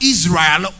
Israel